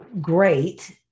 great